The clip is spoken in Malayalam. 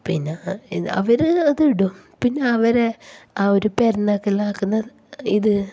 പിന്നെ അവർ അതിടും പിന്നെ അവരെ ഒരു പെരാന്നാക്കെല്ലാം ആക്കുന്നത് ഇത്